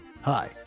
Hi